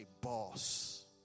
boss